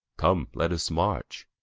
come, let us march.